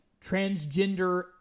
transgender